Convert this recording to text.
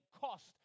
cost